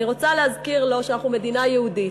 אני רוצה להזכיר לו שאנחנו מדינה יהודית.